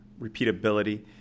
repeatability